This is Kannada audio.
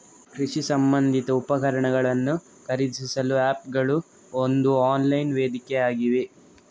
ಕೃಷಿ ಸಂಬಂಧಿತ ಉಪಕರಣಗಳನ್ನು ಖರೀದಿಸಲು ಆಪ್ ಗಳು ಒಂದು ಆನ್ಲೈನ್ ವೇದಿಕೆಯಾಗಿವೆ